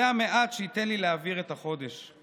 זה המעט שייתן לי להעביר את החודש.